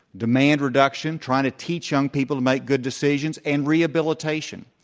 demand reduction, trying to teach young people to make good decisions, and rehabilitation.